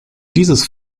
dieses